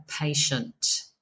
patient